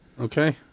Okay